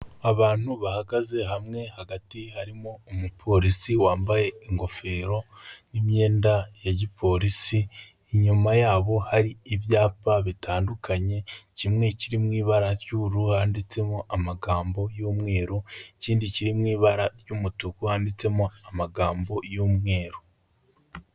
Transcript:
Abantu bahagaze hamwe, hagati harimo umupolisi wambaye ingofero n'imyenda ya gipolisi, inyuma yabo hari ibyapa bitandukanye, kimwe kiri mu ibara ry'ubururu handitsemo amagambo y'umweru, ikindi kiri mu ibara ry'umutuku handitsemo amagambo y'umweru.